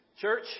Church